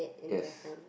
yes